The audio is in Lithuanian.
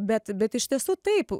bet bet iš tiesų taip